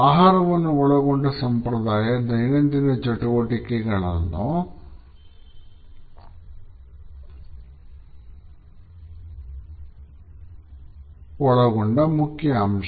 ಆಹಾರವನ್ನು ಒಳಗೊಂಡ ಸಂಪ್ರದಾಯ ದೈನಂದಿನ ಚಟುವಟಿಕೆಯ ಮುಖ್ಯ ಅಂಶ